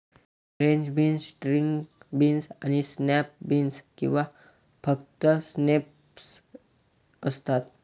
French beans, string beans आणि snap beans किंवा फक्त स्नॅप्स असतात